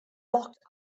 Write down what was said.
locked